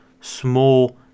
Small